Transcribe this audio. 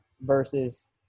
versus